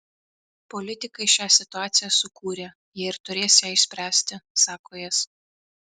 politikai šią situaciją sukūrė jie ir turės ją išspręsti sako jis